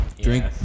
Drink